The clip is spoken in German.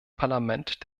parlament